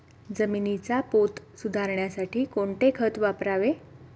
जमिनीचा पोत सुधारण्यासाठी कोणते खत वापरावे?